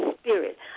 spirit